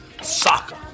soccer